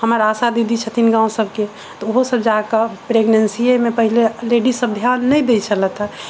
हमर आशा दीदी छथिन गाँव सबके तऽ ओहो सब जाके प्रेगनेंसीमे पहिले लेडीज सब ध्यान नहि दै छलथि हँ